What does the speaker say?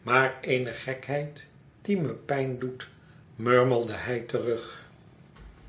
maar eene gekheid die me pijn doet murmelde hij terug